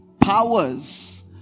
powers